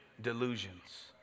delusions